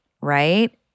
right